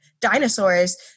dinosaurs